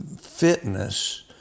fitness